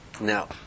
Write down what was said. Now